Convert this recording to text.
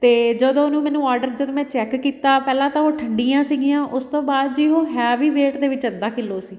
ਅਤੇ ਜਦੋਂ ਉਹਨੂੰ ਮੈਨੂੰ ਔਡਰ ਜਦੋਂ ਮੈਂ ਚੈੱਕ ਕੀਤਾ ਪਹਿਲਾਂ ਤਾਂ ਉਹ ਠੰਡੀਆਂ ਸੀਗੀਆਂ ਉਸ ਤੋਂ ਬਾਅਦ ਜੀ ਉਹ ਹੈ ਵੀ ਵੇਟ ਦੇ ਵਿੱਚ ਅੱਧਾ ਕਿੱਲੋ ਸੀ